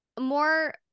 more